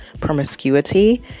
promiscuity